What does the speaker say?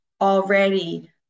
already